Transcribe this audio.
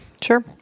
Sure